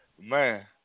man